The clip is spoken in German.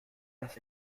dass